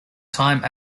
time